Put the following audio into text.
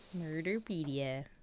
murderpedia